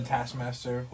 Taskmaster